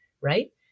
right